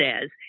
says